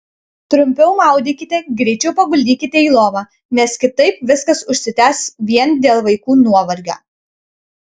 trumpiau maudykite greičiau paguldykite į lovą nes kitaip viskas užsitęs vien dėl vaikų nuovargio